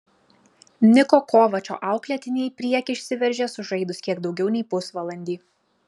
niko kovačo auklėtiniai į priekį išsiveržė sužaidus kiek daugiau nei pusvalandį